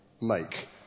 make